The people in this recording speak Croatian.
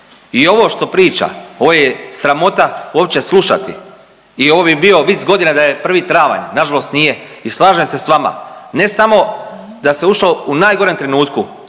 I ovo što priča ovo je sramota uopće slušati i ovo bi bio vic godine da je 1. travanj, nažalost nije. I slažem se s vama ne samo da se ušlo u najgorem trenutku